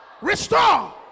restore